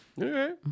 Okay